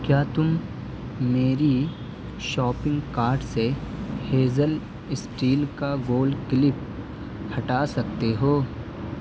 کیا تم میری شاپنگ کارٹ سے ہیزل اسٹیل کا گول کلپ ہٹا سکتے ہو